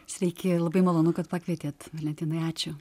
sveiki labai malonu kad pakvietėt valentinai ačiū